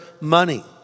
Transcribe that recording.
money